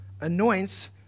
anoints